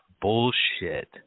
bullshit